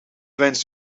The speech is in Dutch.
wens